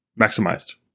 maximized